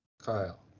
Kyle